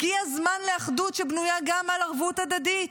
הגיע זמן לאחדות שבנויה גם על ערבות הדדית.